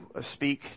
speak